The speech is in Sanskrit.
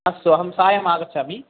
अस्तु अहं सायमागचछामि